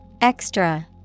Extra